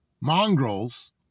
mongrels